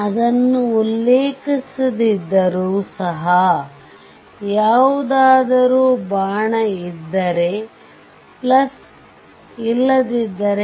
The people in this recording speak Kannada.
ಅದನ್ನು ಉಲ್ಲೇಖಿಸದಿದ್ದರೂ ಸಹ ಯಾವುದಾದರೂ ಬಾಣ ಇದ್ದರೆ ಇಲ್ಲದಿದ್ದರೆ